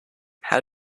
how